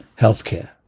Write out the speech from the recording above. healthcare